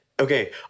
Okay